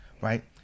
right